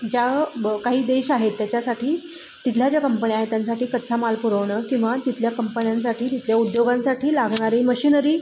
ज्या ब काही देश आहेत त्याच्यासाठी तिथल्या ज्या कंपन्या आहेत त्यांसाठी कच्चा माल पुरवणं किंवा तिथल्या कंपन्यांसाठी तिथल्या उद्योगांसाठी लागणारी मशिनरी